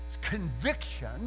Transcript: conviction